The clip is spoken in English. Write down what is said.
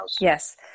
Yes